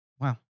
Wow